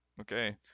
Okay